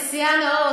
הנשיאה נאור,